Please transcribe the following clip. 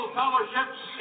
Fellowship's